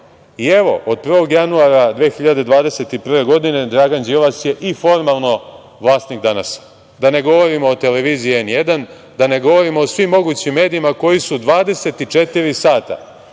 i evo, od 1. januara 2021. godine, Dragan Đilas je i formalno vlasnik „Danasa“. Da ne govorim o televiziji N1, da ne govorim o svim mogućim medijima koji su 24 sata